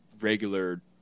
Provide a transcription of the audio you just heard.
regular